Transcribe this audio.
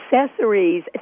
accessories